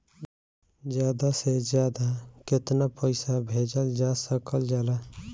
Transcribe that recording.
ज्यादा से ज्यादा केताना पैसा भेजल जा सकल जाला?